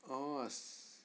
oh